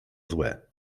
złe